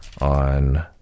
On